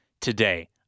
today